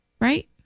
Right